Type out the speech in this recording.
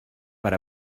per